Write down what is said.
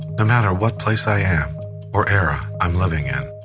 no matter what place i am or era i'm living in,